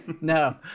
no